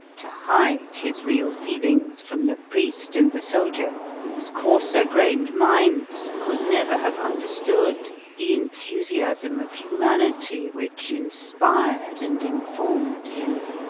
to hide his real feelings from the priest and the soldier, whose coarser-grained minds could never have understood the enthusiasm of humanity which inspired and informed him.